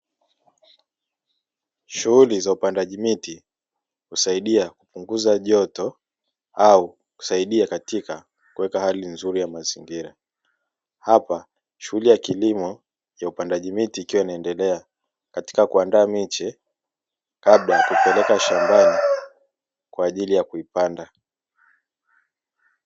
Shughuli za upandaji miti husaidia kupunguza joto au husaidia katika kuweka hali nzuri ya mazingira, hapa shughuli ya kilimo ya upandaji miti iikiwa inaendelea katika kuandaa miche kabla ya kupeleka shambani kwa ajili ya kupanda.